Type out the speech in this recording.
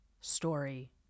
story